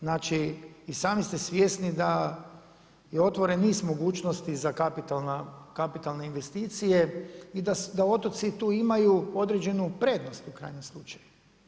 Znači i sami ste svjesni da je otvoren niz mogućnosti za kapitalne investicije i da otoci tu imaju određenu prednost u krajnjem slučaju.